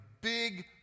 big